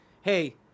hey